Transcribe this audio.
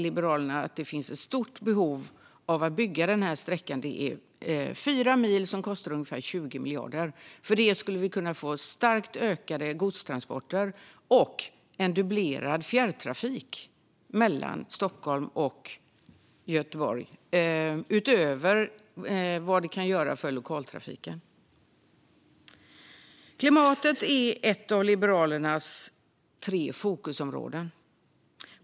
Liberalerna ser att det finns ett stort behov av att bygga ut den sträckan. Det är 4 mil som kostar ungefär 20 miljarder. För detta skulle vi kunna få starkt ökade godstransporter och en dubblerad fjärrtrafik mellan Stockholm och Göteborg, utöver vad utbyggnaden kan göra för lokaltrafiken. Klimatet är ett av Liberalernas tre fokusområden.